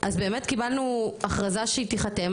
אז באמת קיבלנו הכרזה שהיא תחתם,